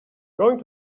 going